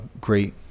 great